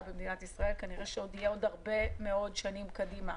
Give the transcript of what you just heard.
במדינת ישראל וכנראה יהיה עוד הרבה שנים קדימה.